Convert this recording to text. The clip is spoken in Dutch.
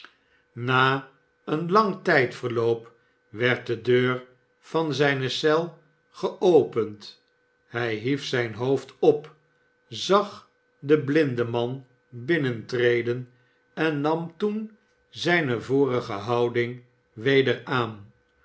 na een lang tijdverloop werd de deur van zijne eel geopend hij hief zijn hoofd op zag den blindeman binnentreden en nam toen zijne vorige houding weder aan